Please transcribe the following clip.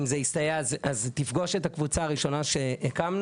אם זה יסתייע, אז תפגוש את הקבוצה הראשונה שהקמנו.